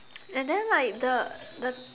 and then like the the